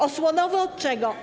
Osłonowy od czego?